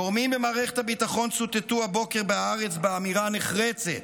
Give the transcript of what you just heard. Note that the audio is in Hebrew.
גורמים במערכת הביטחון צוטטו הבוקר בהארץ באמירה נחרצת: